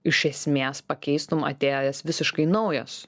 iš esmės pakeistum atėjęs visiškai naujas